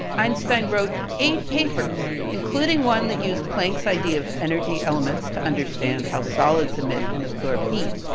einstein wrote eight papers, including one that used planck's idea of energy elements to understand how solids emit and absorb heat,